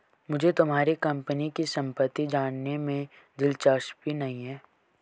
मुझे तुम्हारे कंपनी की सम्पत्ति जानने में दिलचस्पी नहीं है